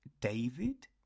David